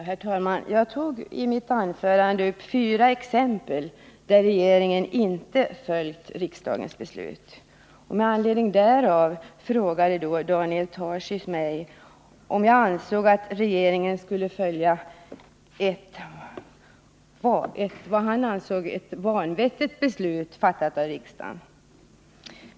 Herr talman! Jag tog i mitt anförande upp fyra exempel på att regeringen inte följt riksdagens beslut. Med anledning därav frågade Daniel Tarschys mig om jag ansåg att regeringen skulle följa vad han ansåg vara ett vanvettigt beslut, fattat av riksdagen.